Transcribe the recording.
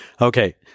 Okay